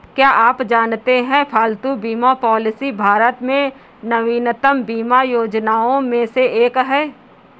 क्या आप जानते है पालतू बीमा पॉलिसी भारत में नवीनतम बीमा योजनाओं में से एक है?